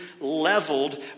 leveled